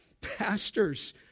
pastors